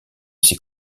ses